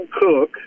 cook